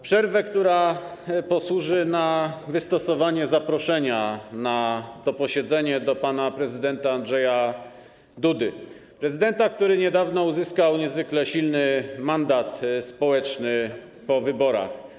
Przerwę, która posłuży na wystosowanie zaproszenia na to posiedzenie do pana prezydenta Andrzeja Dudy, prezydenta, który niedawno uzyskał niezwykle silny mandat społeczny po wyborach.